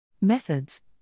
Methods